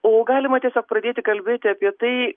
o galima tiesiog pradėti kalbėti apie tai